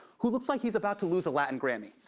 who looks like he's about to lose a latin grammy.